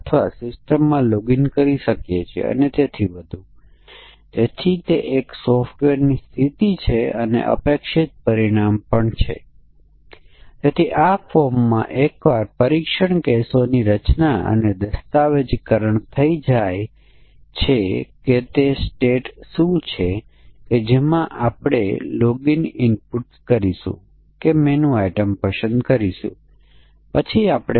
આપણે કહીએ છીએ કે ટેસ્ટર કોઈ સોફ્ટવેર કે પ્રોગ્રામ ક્યાં નિષ્ફળ થઈ શકે છે તેના આધારે ઇનપુટ મૂલ્યો પ્રોગ્રામને આપશે